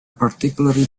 particularly